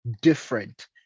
different